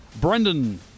Brendan